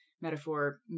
metaphor